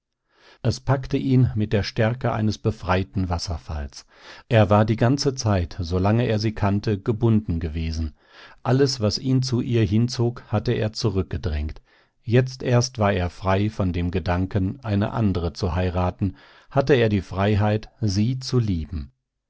es packte ihn mit der stärke eines befreiten wasserfalls er war die ganze zeit solange er sie kannte gebunden gewesen alles was ihn zu ihr hinzog hatte er zurückgedrängt jetzt erst war er frei von dem gedanken eine andre zu heiraten hatte er die freiheit sie zu lieben